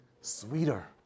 sweeter